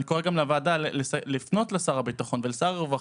אני קורא גם לוועדה לפנות לשר הביטחון ולשר הרווחה,